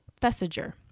Thesiger